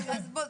וממושכים.